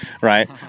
Right